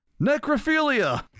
NECROPHILIA